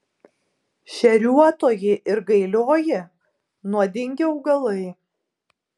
šeriuotoji ir gailioji nuodingi augalai